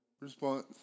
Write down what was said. response